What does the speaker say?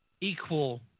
equal